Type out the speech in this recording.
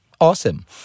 Awesome